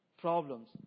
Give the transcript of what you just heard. problems